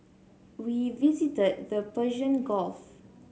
we visited the Persian Gulf